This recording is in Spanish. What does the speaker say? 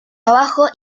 abajo